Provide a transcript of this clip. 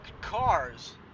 cars